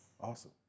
awesome